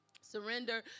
Surrender